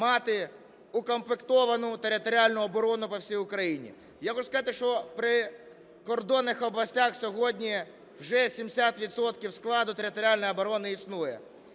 мати укомплектовану територіальну оборону по всій Україні. Я хочу сказати, що в прикордонних областях сьогодні вже 70 відсотків складу територіальної оборони існує.